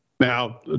Now